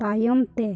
ᱛᱟᱭᱚᱢᱛᱮ